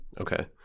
Okay